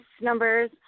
numbers